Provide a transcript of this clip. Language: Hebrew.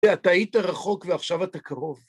אתה היית רחוק ועכשיו אתה קרוב.